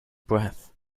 breath